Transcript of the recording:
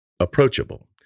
approachable